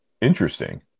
Interesting